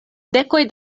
dekoj